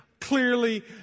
Clearly